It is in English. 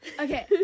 Okay